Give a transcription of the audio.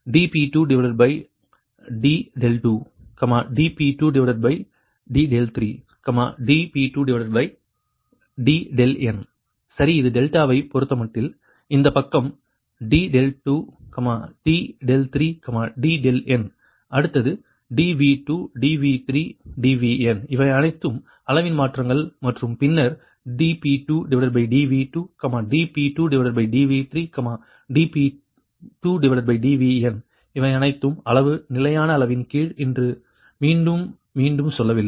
dP2d2 dP2d3 dP2dn சரி இது டெல்டாவைப் பொறுத்தமட்டில் இந்தப் பக்கம் d2 d3 dn அடுத்தது dV2 dV3 dVn இவை அனைத்தும் அளவின் மாற்றங்கள் மற்றும் பின்னர் dP2dV2 dP2dV3 dP2dVn இவை அனைத்தும் அளவு நிலையான அளவின் கீழ் இன்று மீண்டும் மீண்டும் சொல்லவில்லை